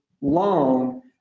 loan